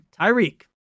Tyreek